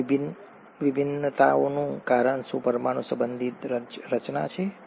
આ ભિન્નતાઓનું કારણ શું પરમાણુ સંબંધી રચના છે